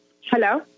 Hello